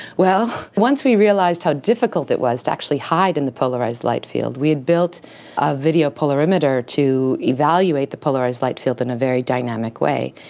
well, once we realised how difficult it was to actually hide in the polarised light field, we had built a video polarimeter to evaluate the polarised light field in a very dynamic way,